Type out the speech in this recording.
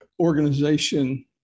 organization